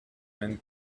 man